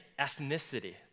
ethnicity